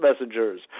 Messengers